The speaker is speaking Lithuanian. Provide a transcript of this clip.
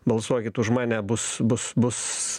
balsuokit už mane bus bus bus